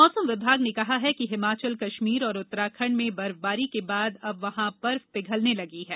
मौसम विभाग ने कहा है कि हिमाचल कश्मीर और उत्तराखंड में बर्फबारी के बाद अब वहां बर्फ पिघलने लगी है